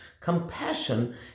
Compassion